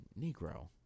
Negro